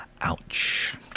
ouch